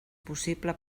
possible